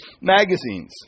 magazines